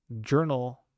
Journal